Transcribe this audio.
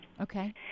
Okay